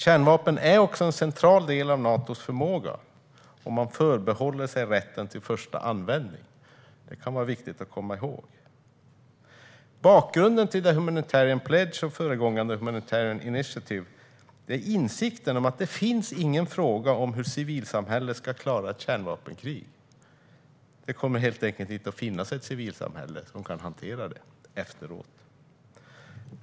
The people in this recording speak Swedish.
Kärnvapnen är också en central del av Natos förmåga, och man förbehåller sig rätten till första användning. Det kan vara viktigt att komma ihåg. Bakgrunden till Humanitarian Pledge och föregångaren Humanitarian Initiative är insikten om att det inte finns någon fråga om hur civilsamhället ska klara ett kärnvapenkrig. Det kommer helt enkelt inte att finnas ett civilsamhälle som kan hantera det efteråt.